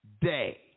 Day